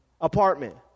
apartment